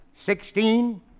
sixteen